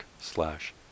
slash